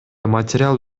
материал